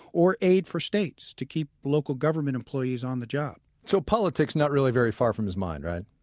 or aid for states to keep local government employees on the job so politics not really very far from his mind, right?